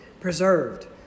preserved